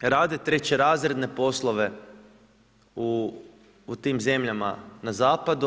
rade trećerazredne poslove u tim zemljama na zapadu.